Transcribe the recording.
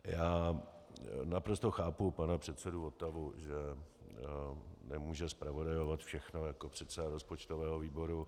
Já naprosto chápu pana předsedu Votavu, že nemůže zpravodajovat všechno jako předseda rozpočtového výboru.